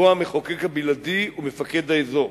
שבו המחוקק הבלעדי הוא מפקד האזור.